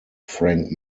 frank